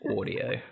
audio